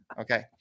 Okay